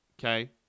Okay